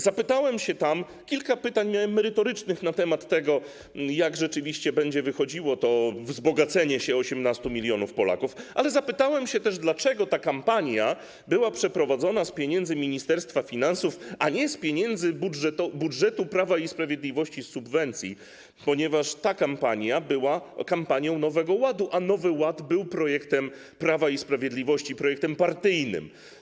Zapytałem tam, miałem kilka pytań merytorycznych na temat tego, jak rzeczywiście będzie wychodziło to wzbogacenie się 18 mln Polaków, ale zapytałem też, dlaczego ta kampania była przeprowadzona z pieniędzy Ministerstwa Finansów, a nie z pieniędzy budżetu Prawa i Sprawiedliwości, z subwencji, ponieważ ta kampania była kampanią Nowego Ładu, a Nowy Ład był projektem Prawa i Sprawiedliwości, projektem partyjnym.